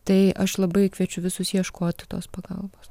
tai aš labai kviečiu visus ieškoti tos pagalbos